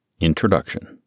Introduction